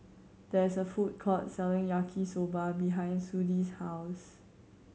there is a food court selling Yaki Soba behind Sudie's house